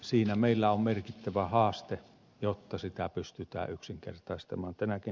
siinä meillä on merkittävä haaste jotta sitä pystytään yksinkertaistamaan